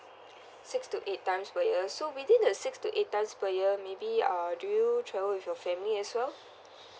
six to eight times per year so maybe the six to eight times per year maybe uh do you travel with your family as well